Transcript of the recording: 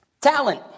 Talent